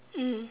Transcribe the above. mm